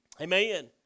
Amen